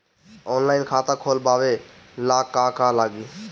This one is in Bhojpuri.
ऑनलाइन खाता खोलबाबे ला का का लागि?